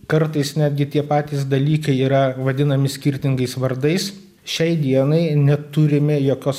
kartais netgi tie patys dalykai yra vadinami skirtingais vardais šiai dienai neturime jokios